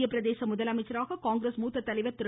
மத்திய பிரதேச முதலமைச்சராக காங்கிரஸ் மூத்த தலைவர் திரு